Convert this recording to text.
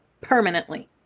permanently